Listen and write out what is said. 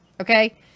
Okay